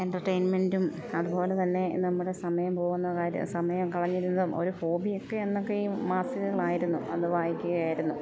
എൻ്റർടൈൻമെൻ്റും അതുപോലെത്തന്നെ നമ്മുടെ സമയം പോകുന്ന കാര്യം സമയം കളഞ്ഞിരുന്നതും ഒരു ഹോബിയൊക്കെ എന്നൊക്കെ ഈ മാസികകളായിരുന്നു അത് വായിക്കുകയായിരുന്നു